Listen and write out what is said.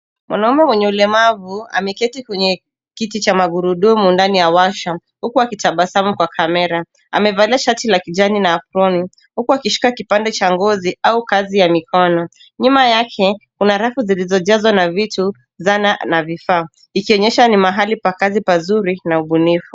Mwanaume mwenye ulemavu ameketi kwenye kiti cha magurudumu ndani ya washa huku akitabasamu kwa kamera. Amevalia shati la kijani na aproni huku akishika kipande cha ngozi au kazi ya mikono. Nyuma yake kuna rafu zilizojazwa na vitu, zana na vifaa, ikionyesha ni mahali kwa kazi pazuri na ubunifu.